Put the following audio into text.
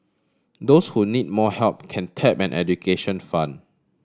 those who need more help can tap an education fund